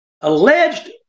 alleged